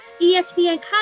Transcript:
ESPN